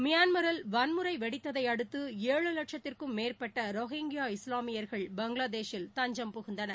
மியான்மரில் வன்முறை வெடித்ததை அடுத்து ஏழு வட்சத்திற்கும் மேற்பட்ட ரொஹிங்கியா இஸ்லாமியர்கள் பங்களாதேஷில் தஞ்சம் புகுந்தனர்